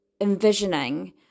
envisioning